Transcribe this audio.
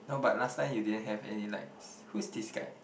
no but last time you didn't have any likes who's this guy